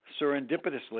serendipitously